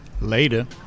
Later